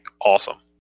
Awesome